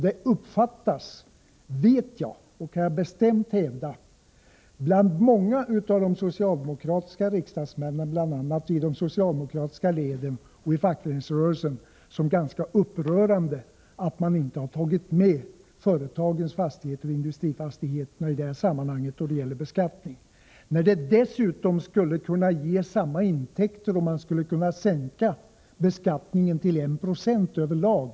Det uppfattas — det vet jag och kan jag hävda — bland många inom de socialdemokratiska leden, t.ex. socialdemokratiska riksdagsmän, och inom fackföreningsrörelsen som ganska upprörande att man inte tagit med företagens fastigheter och industrifastigheterna i detta sammanhang, särskilt som det skulle kunna bli samma intäkter och man skulle kunna sänka beskattningen till 1 96 över lag.